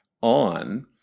on